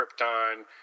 Krypton